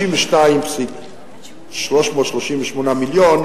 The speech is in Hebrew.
בסך 52.338 מיליון,